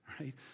right